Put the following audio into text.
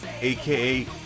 aka